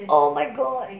oh my god